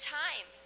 time